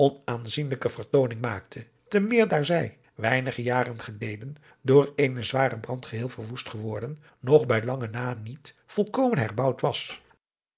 onaanzienlijke vertooning maakte te meer daar zij weinige jaren geleden door eenen zwaren brand geheel verwoest geworden nog bij lang na niet volkomen herbouwd was